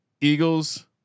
Eagles